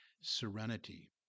Serenity